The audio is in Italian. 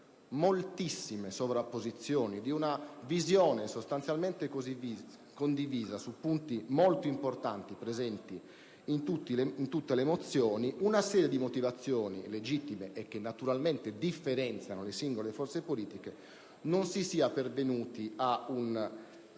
moltissime sovrapposizioni di una visione sostanzialmente condivisa su aspetti molto importanti presenti in tutte le mozioni per una serie di motivazioni legittime e che naturalmente differenziano le singole forze politiche, non si sia pervenuti ad un